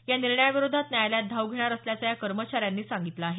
या निर्णयाविरोधात न्यायालयात धाव घेणार असल्याचं या कर्मचाऱ्यांनी सांगितलं आहे